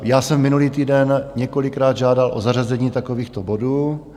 Já jsem minulý týden několikrát žádal o zařazení takovýchto bodů.